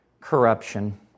corruption